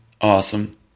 awesome